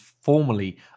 formally